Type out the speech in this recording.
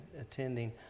attending